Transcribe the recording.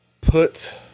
put